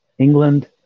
England